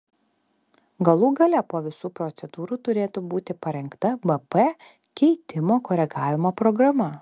galų gale po visų procedūrų turėtų būti parengta bp keitimo koregavimo programa